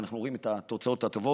ואנחנו רואים את התוצאות הטובות,